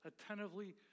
attentively